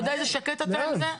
אתה יודע איזה שקט אתה עם זה?